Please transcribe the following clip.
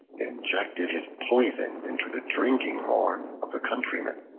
injected his poison into the drinking horn of the countryman.